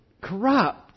corrupt